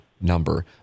number